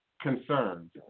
concerns